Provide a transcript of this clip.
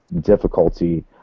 difficulty